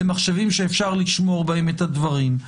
למחשבים שאפשר לשמור בהם את הדברים.